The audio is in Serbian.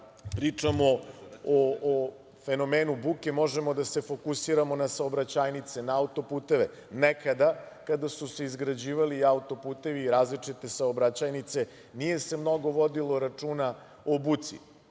pričamo o fenomenu buke možemo da se fokusiramo na saobraćajnice, na autoputeve. Nekada kada su se izgrađivali autoputevi i različite saobraćajnice nije se mnogo vodilo računa o buci.